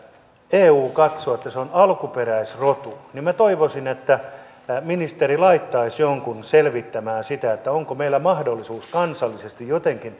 eu katsoo että se on alkuperäisrotu minä toivoisin että ministeri laittaisi jonkun selvittämään sitä onko meillä mahdollisuus kansallisesti jotenkin